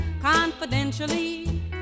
Confidentially